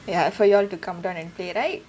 ya for you all to come down and play right